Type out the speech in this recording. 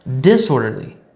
disorderly